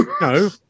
no